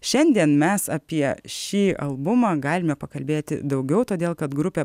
šiandien mes apie šį albumą galime pakalbėti daugiau todėl kad grupė